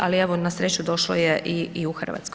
Ali evo na sreću došlo je i u Hrvatsku.